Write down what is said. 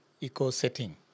eco-setting